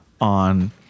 on